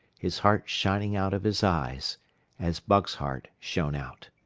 his heart shining out of his eyes as buck's heart shone out.